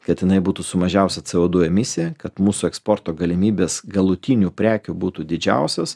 kad jinai būtų su mažiausia co du emisija kad mūsų eksporto galimybės galutinių prekių būtų didžiausios